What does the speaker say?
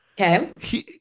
Okay